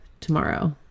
tomorrow